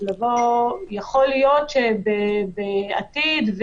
יכול להיות שבעתיד,